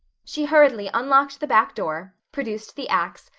she hurriedly unlocked the back door, produced the axe,